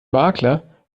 makler